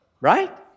right